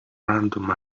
random